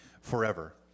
forever